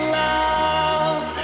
love